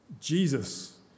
Jesus